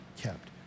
kept